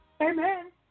Amen